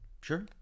Sure